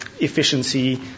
efficiency